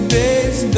days